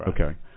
Okay